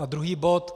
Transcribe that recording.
A druhý bod.